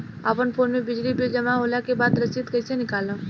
अपना फोन मे बिजली बिल जमा होला के बाद रसीद कैसे निकालम?